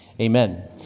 Amen